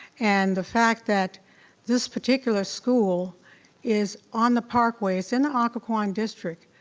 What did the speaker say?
and the fact that this particular school is on the parkway, it's in the occoquan district.